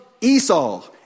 Esau